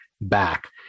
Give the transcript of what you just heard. back